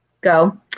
go